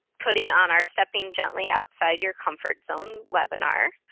putting on our stepping gently outside your comfort zone webinar.